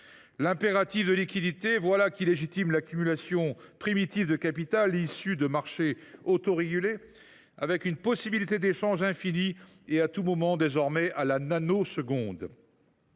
L’impératif de liquidité ! Voilà qui légitime l’accumulation primitive de capital issue de marchés autorégulés avec une possibilité infinie d’échanges, à tout moment et désormais à l’échelle de